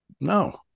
no